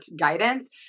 guidance